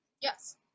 Yes